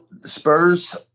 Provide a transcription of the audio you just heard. Spurs